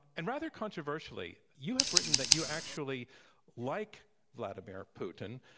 and, rather controversially, you have written that you actually like vladimir putin.